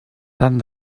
tant